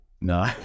No